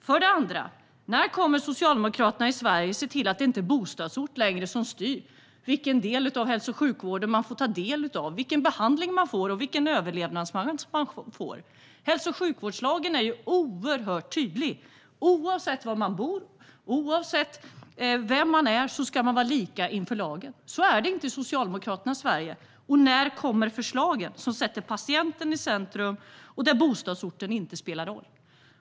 För det andra: När kommer Socialdemokraterna i Sverige att se till att det inte längre är bostadsort som styr vilken del av hälso och sjukvården man får ta del av, vilken behandling och vilken överlevnadschans man får? Hälso och sjukvårdslagen är oerhört tydlig; oavsett var man bor, oavsett vem man är ska man vara lika inför lagen. Så är det inte i Socialdemokraternas Sverige. När kommer förslagen som sätter patienten i centrum och där bostadsorten inte spelar roll?